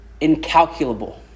incalculable